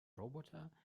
roboter